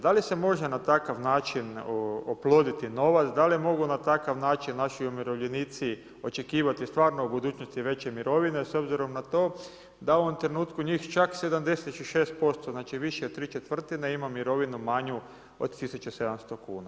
Da li se može na takav način oploditi novac, da li mogu na takav način naši umirovljenici očekivati stvarno u budućnosti veće mirovine s obzirom na to da u ovom trenutku njih čak 76% znači više od tri četvrtine ima mirovinu manju od 1.700 kuna?